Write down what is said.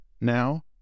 Now